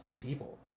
people